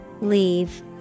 Leave